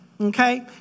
Okay